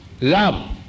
love